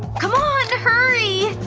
c'mon, hurry!